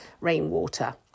rainwater